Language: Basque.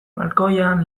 balkoian